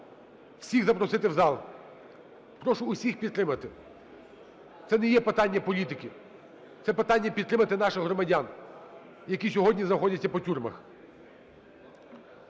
всіх запросити в зал. Прошу всіх підтримати. Це не є питання політики. Це питання підтримки наших громадян, які сьогодні знаходяться по тюрмах.